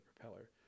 propeller